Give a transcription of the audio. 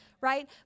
right